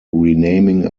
renaming